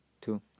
two